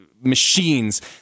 machines